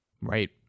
Right